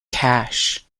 cash